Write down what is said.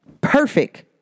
Perfect